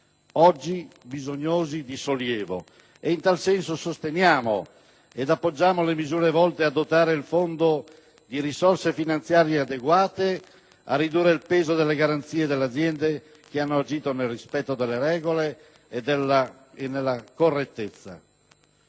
oggi bisognosi di sollievo. In tal senso sosteniamo ed appoggiamo le misure volte a dotare il Fondo di risorse finanziarie adeguate, a ridurre il peso delle garanzie delle aziende che hanno agito nel rispetto delle regole e nella correttezza.